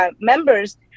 members